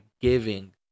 giving